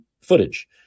footage